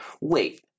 Wait